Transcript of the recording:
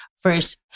first